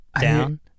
down